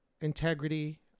integrity